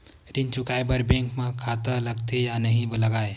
ऋण चुकाए बार बैंक खाता लगथे या नहीं लगाए?